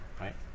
right